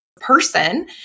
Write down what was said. person